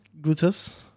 Glutus